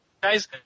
guys